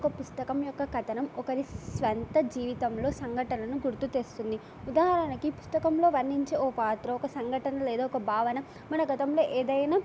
ఒక పుస్తకం యొక్క కథనం ఒకరి స్వంత జీవితంలో సంఘటనలను గుర్తుతెస్తుంది ఉదాహరణకి పుస్తకంలో వర్ణించే ఒక పాత్ర ఒక సంఘటన లేదా ఒక భావన మన గతంలో ఏదైనా